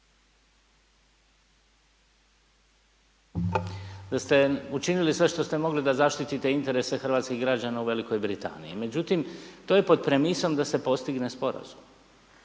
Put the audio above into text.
…da ste učinili sve što ste mogli da zaštite interese hrvatskih građana u Velikoj Britaniji. Međutim, to je pod premisom da se postigne Sporazum.